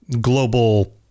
global